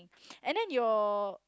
and then your